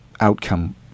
outcome